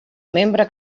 membre